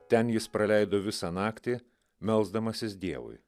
ten jis praleido visą naktį melsdamasis dievui